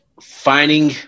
finding